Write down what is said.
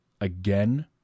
again